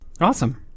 awesome